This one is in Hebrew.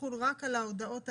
יחול רק על ההודעות האלה,